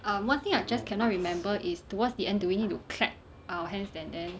um one thing I just cannot remember is towards the end we need to clap our hands and then